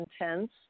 intense